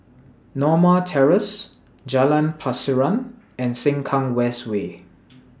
Norma Terrace Jalan Pasiran and Sengkang West Way